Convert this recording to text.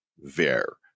Ver